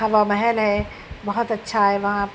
ہوا محل ہے بہت اچّھا ہے وہاں